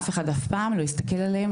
אף אחד אף פעם לא הסתכל עליהם,